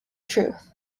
truth